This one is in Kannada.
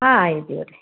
ಹಾಂ ಆಯಿತು ಇವರೇ